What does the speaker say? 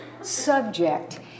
subject